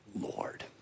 Lord